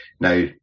Now